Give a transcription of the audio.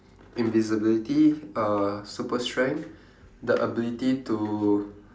invisibility uh super strength the ability to